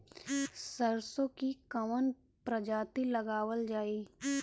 सरसो की कवन प्रजाति लगावल जाई?